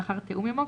לאחר תיאום עימו,